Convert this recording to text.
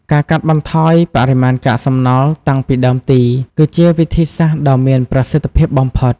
ការកាត់បន្ថយបរិមាណកាកសំណល់តាំងពីដើមទី គឺជាវិធីសាស្ត្រដ៏មានប្រសិទ្ធភាពបំផុត។